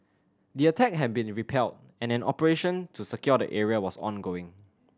the attack had been repelled and an operation to secure the area was ongoing